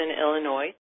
Illinois